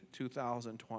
2020